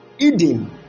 Eden